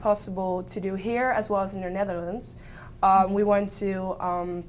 possible to do here as well as in the netherlands we want to